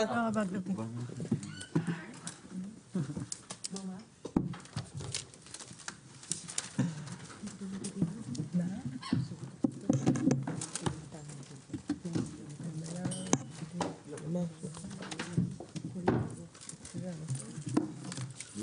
הישיבה ננעלה בשעה 11:18.